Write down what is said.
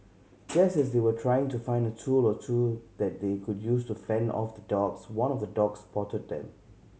just as they were trying to find a tool or two that they could use to fend off the dogs one of the dogs spotted them